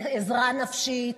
לעזרה נפשית,